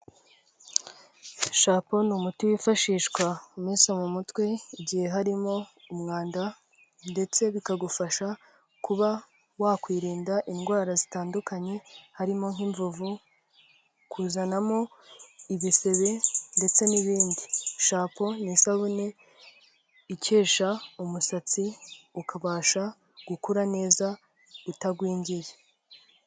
Shapo ni umuti wifashishwa umesa mu mutwe, igihe harimo umwanda ndetse bikagufasha kuba wakwirinda indwara zitandukanye harimo nk'imvuvu, kuzanamo ibisebe ndetse n'ibindi, shapo ni isabune ikesha umusatsi ukabasha gukura neza utagwingiye.